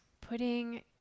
putting